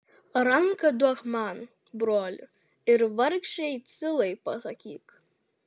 ranką duok man broli ir vargšei cilai pasakyk